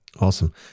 Awesome